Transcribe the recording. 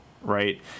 right